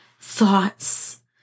thoughts